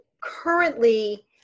currently